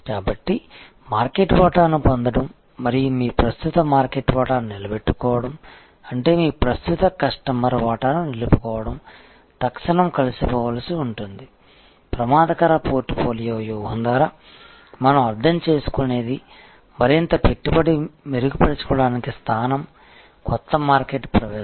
కాబట్టి మార్కెట్ వాటాను పొందడం మరియు మీ ప్రస్తుత మార్కెట్ వాటాను నిలబెట్టుకోవడం అంటే మీ ప్రస్తుత కస్టమర్ వాటాను నిలుపుకోవడం తక్షణం కలిసిపోవాల్సి ఉంటుంది ప్రమాదకర పోర్ట్ఫోలియో వ్యూహం ద్వారా మనం అర్థం చేసుకునేది మరింత పెట్టుబడి మెరుగుపరచడానికి స్థానం కొత్త మార్కెట్ ప్రవేశం